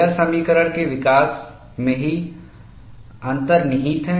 यह समीकरण के विकास में ही अंतर्निहित है